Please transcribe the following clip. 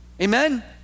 Amen